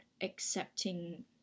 accepting